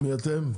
מי אתם?